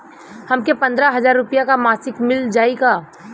हमके पन्द्रह हजार रूपया क मासिक मिल जाई का?